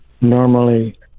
normally